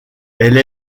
elle